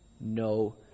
No